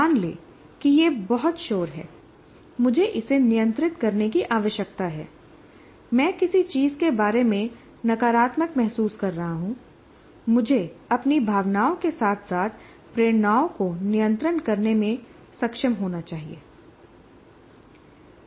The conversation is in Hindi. मान लें कि यह बहुत शोर है मुझे इसे नियंत्रित करने की आवश्यकता है मैं किसी चीज़ के बारे में नकारात्मक महसूस कर रहा हूँ मुझे अपनी भावनाओं के साथ साथ प्रेरणाओं को नियंत्रित करने में सक्षम होना चाहिए